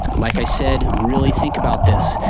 like i said, really think about this,